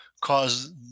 cause